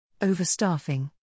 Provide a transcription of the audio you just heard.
Overstaffing